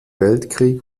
weltkrieg